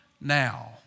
now